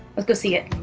let's go see it.